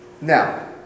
Now